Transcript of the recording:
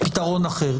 פתרון אחר.